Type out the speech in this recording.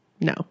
No